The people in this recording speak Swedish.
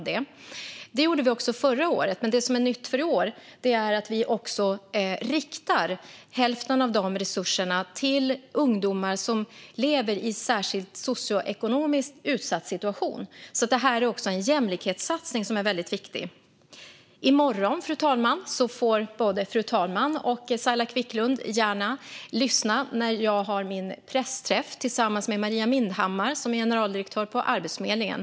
Detta gjorde vi även förra året, men nytt för i år är att vi riktar hälften av dessa resurser till ungdomar som lever i särskilt socioekonomiskt utsatt situation. Detta är alltså även en viktig jämlikhetssatsning. I morgon får både fru talmannen och Saila Quicklund gärna lyssna när jag har min pressträff tillsammans med Maria Mindhammar, generaldirektör för Arbetsförmedlingen.